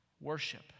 worship